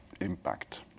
impact